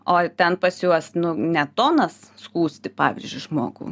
o ten pas juos nu ne tonas skųsti pavyzdžiui žmogų